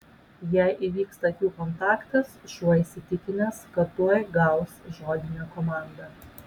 jei įvyksta akių kontaktas šuo įsitikinęs kad tuoj gaus žodinę komandą